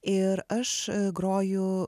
ir aš groju